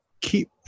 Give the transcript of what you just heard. keep